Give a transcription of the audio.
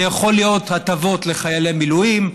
זה יכול להיות הטבות לחיילי מילואים,